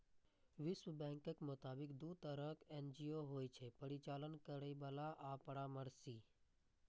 विश्व बैंकक मोताबिक, दू तरहक एन.जी.ओ होइ छै, परिचालन करैबला आ परामर्शी